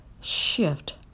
shift